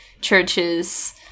churches